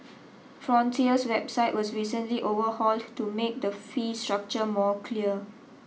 frontier's website was recently overhauled to make the fee structure more clear